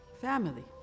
family